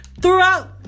throughout